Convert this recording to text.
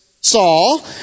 Saul